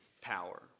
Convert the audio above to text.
power